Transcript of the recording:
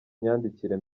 myandikire